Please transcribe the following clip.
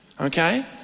Okay